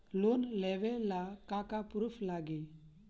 Loan लेबे ला का का पुरुफ लागि?